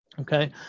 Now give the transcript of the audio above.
okay